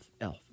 elf